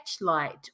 light